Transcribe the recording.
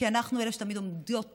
כי אנחנו אלה שתמיד עומדים בפרונט,